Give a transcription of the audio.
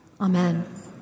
Amen